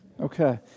Okay